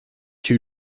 two